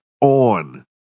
on